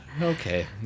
Okay